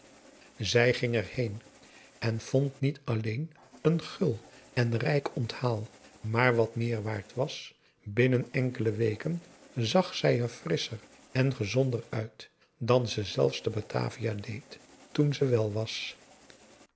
zij ging erheen en vond niet alleen een gul en rijk onthaal maar wat meer waard was binnen enkele weken zag zij er frisscher en gezonder uit dan ze zelfs te batavia deed toen ze wèl was